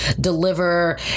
deliver